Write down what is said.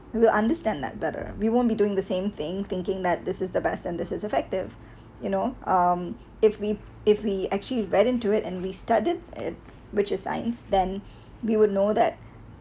we will understand that better we won't be doing the same thing thinking that this is the best and this is effective you know um if we if we actually were into it and we started at which is science then we will know that